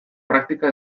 praktika